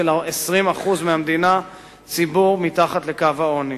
ש-20% מהמדינה הם ציבור מתחת לקו העוני.